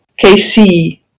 KC